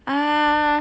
ah